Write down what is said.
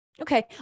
okay